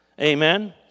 Amen